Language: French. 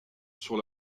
sur